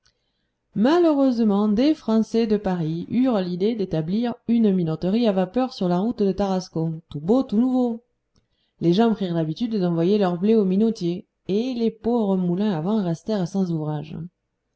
malheureusement des français de paris eurent l'idée d'établir une minoterie à vapeur sur la route de tarascon tout beau tout nouveau les gens prirent l'habitude d'envoyer leurs blés aux minotiers et les pauvres moulins à vent restèrent sans ouvrage